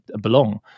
belong